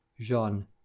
Jean